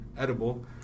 edible